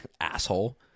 Asshole